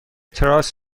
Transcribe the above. تراس